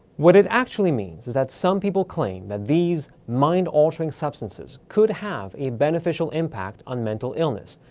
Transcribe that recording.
what it actually means is that some people claim that these mind-altering substances could have a beneficial impact on mental illness,